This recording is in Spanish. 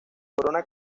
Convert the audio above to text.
corona